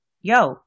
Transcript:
yo-